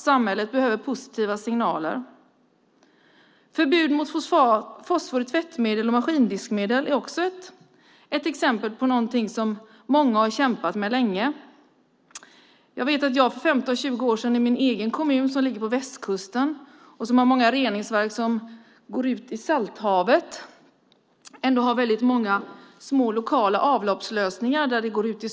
Samhället behöver positiva signaler. Förbud mot fosfor i tvätt och maskindiskmedel är också exempel på sådant som många länge har kämpat för. För 15-20 år sedan tyckte jag att vi i min hemkommun på västkusten skulle informera våra kommuninvånare som inte var anslutna till reningsverket att köpa fosforfria tvätt och diskmedel.